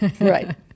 Right